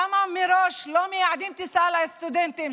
למה מראש לא מייעדים טיסה לסטודנטים,